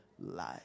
life